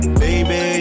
baby